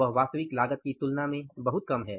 वह वास्तविक लागत की तुलना में बहुत कम है